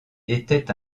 était